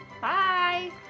Bye